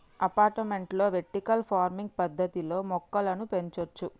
అపార్టుమెంట్లలో vertical farming పద్దతిలో మొక్కలను పెంచొచ్చు